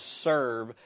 serve